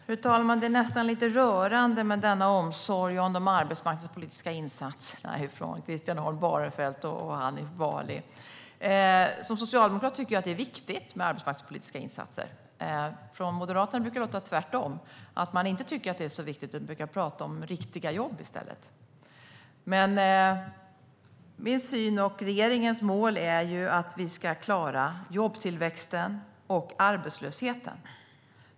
Fru talman! Det är nästan lite rörande med denna omsorg från Christian Holm Barenfeld och Hanif Bali om de arbetsmarknadspolitiska insatserna. Som socialdemokrat tycker jag att det är viktigt med arbetsmarknadspolitiska insatser. Från Moderaterna brukar det låta tvärtom. De brukar inte tycka att det är så viktigt. De brukar i stället tala om riktiga jobb. Men min och regeringens mål är att vi ska klara jobbtillväxten och arbetslösheten.